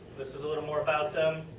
this is a little more about them.